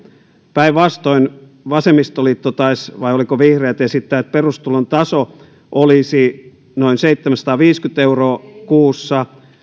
päinvastoin vasemmistoliitto vai oliko vihreät taisi esittää että perustulon taso olisi noin seitsemänsataaviisikymmentä euroa kuussa